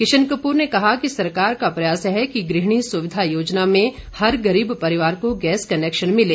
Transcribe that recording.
किशन कपूर ने कहा कि सरकार का प्रयास है कि गृहिणी सुविधा योजना में हर गरीब परिवार को गैस कनैक्शन मिले